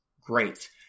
great